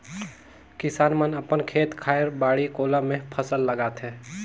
किसान मन अपन खेत खायर, बाड़ी कोला मे फसल लगाथे